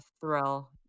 thrill